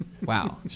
Wow